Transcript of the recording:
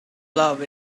love